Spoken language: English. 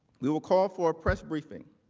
we will call for a press briefing.